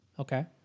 Okay